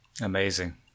Amazing